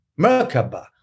Merkaba